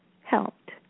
helped